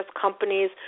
companies